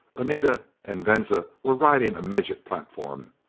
anita and venza were riding a midget platform!